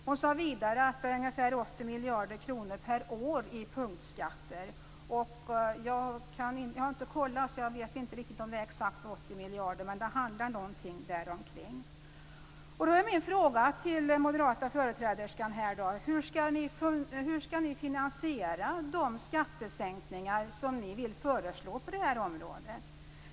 Hon sade vidare att det är fråga om ungefär 80 miljarder kronor per år i punktskatter. Jag har inte kollat, så jag vet inte om det är exakt 80 miljarder. Men det handlar om ett belopp däromkring. Min fråga till den moderata företräderskan är: Hur skall ni finansiera de skattesänkningar som ni vill föreslå på det här området?